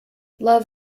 love